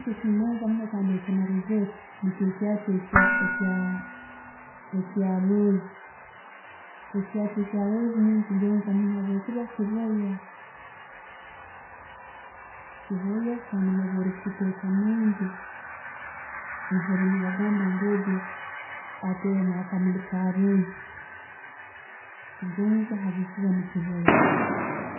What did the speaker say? Kyengonza munno kandi kyenarozere nikyo e' kyakyo ekya, ekya rose. Ekyakyo ekya rose nkigonza munno hakwokuba kibooya kandi no'bworikiteeka munju, no'huura ne'bagamba nti ogwo atteiremu akamuli ka rose. Nkigonza habwo'kuba ne'kibooya.